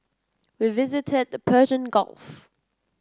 we visited the Persian Gulf